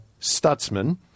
Stutzman